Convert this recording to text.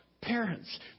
parents